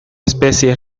especie